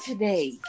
Today